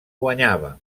guanyava